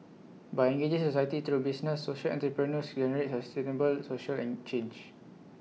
by engaging society through business social entrepreneurs generate has sustainable social and change